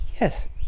Yes